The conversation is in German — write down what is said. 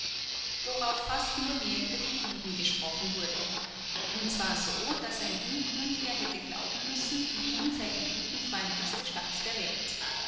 worauf fast nur mehr über die juden gesprochen wurde und zwar so daß ein unkundiger hätte glauben müssen wien sei die judenfreundlichste stadt der welt